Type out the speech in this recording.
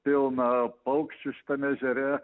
pilna paukščių šitam ežere